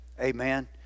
Amen